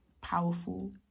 powerful